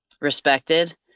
respected